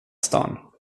stan